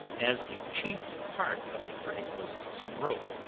as the chief part of the freight was some rope,